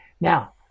Now